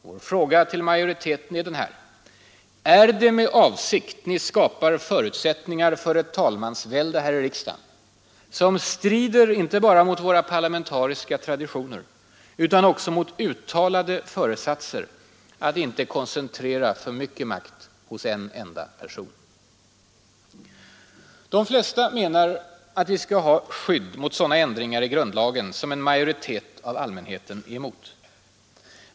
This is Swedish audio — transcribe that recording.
Vår fråga till majoriteten är denna: Är det med avsikt ni här i riksdagen skapar förutsättningar för ett talmansvälde som strider inte bara mot våra parlamentariska traditioner utan också mot uttalade föresatser att inte koncentrera för mycket makt hos en enda person? De flesta menar att vi skall ha skydd mot sådana ändringar i grundlagen som en majoritet av allmänheten är emot.